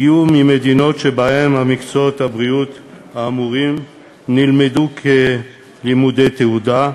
הגיעו ממדינות שבהן מקצועות הבריאות האמורים נלמדו כלימודי תעודה,